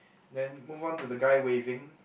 then move on to the guy waving